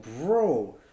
bro